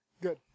good